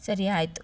ಸರಿ ಆಯಿತು